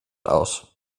aus